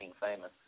famous